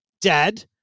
dad